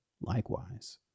Likewise